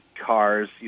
cars